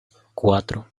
cuatro